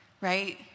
right